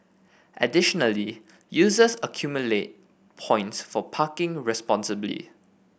additionally users accumulate points for parking responsibly